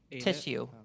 tissue